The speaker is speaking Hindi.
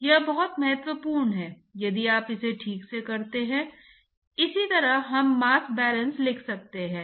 तो जिस लंबाई पर रेनॉल्ड्स संख्या 10 पावर 5 तक पहुँचती है वह लामिना प्रवाह व्यवस्था की सीमा है